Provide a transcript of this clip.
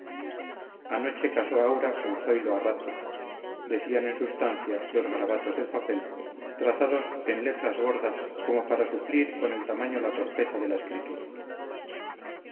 anoche casó aura con zoilo arratia decían en substancia los garabatos del papel trazados en letras gordas como para suplir con el tamaño la torpeza de la escritura